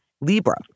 Libra